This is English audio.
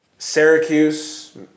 Syracuse